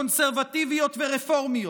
קונסרבטיביות ורפורמיות,